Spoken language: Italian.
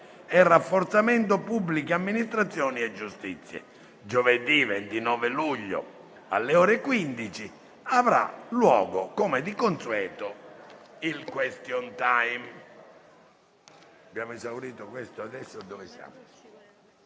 e rafforzamento pubbliche amministrazioni e giustizia. Giovedì 29 luglio, alle ore 15, avrà luogo, come di consueto, il *question time.*